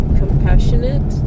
compassionate